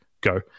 go